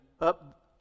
up